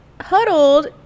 huddled